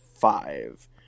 five